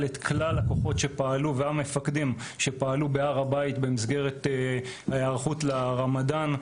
את כלל הכוחות והמפקדים שפעלו בהר הבית במסגרת ההיערכות לרמדאן.